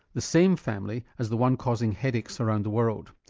the same family as the one causing headaches around the world.